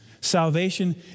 Salvation